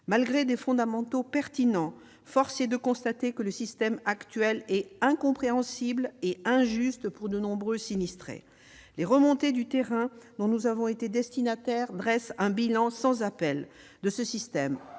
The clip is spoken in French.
Malgré des fondamentaux pertinents, force est de constater que le système actuel est incompréhensible et injuste pour de nombreux sinistrés. Les remontées du terrain dont nous avons été destinataires conduisent à dresser un bilan sans appel : opacité